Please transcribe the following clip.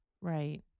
Right